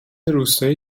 روستایی